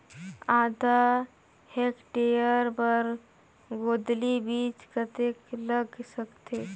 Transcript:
आधा हेक्टेयर बर गोंदली बीच कतेक लाग सकथे?